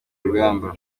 urugamba